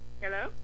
Hello